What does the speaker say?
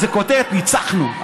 לקבל איזה כותרת: ניצחנו.